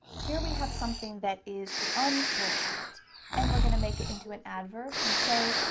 here we have something that is unfortunate and we're going to make it into an adverb and say,